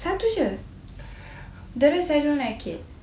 satu jer the rest I don't like it